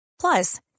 Plus